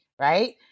right